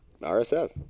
RSF